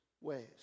ways